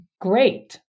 great